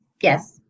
Yes